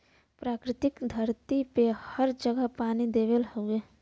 प्रकृति धरती पे हर जगह पानी देले हउवे